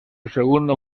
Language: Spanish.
segundo